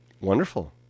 Wonderful